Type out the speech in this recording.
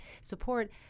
support